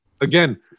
again